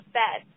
bed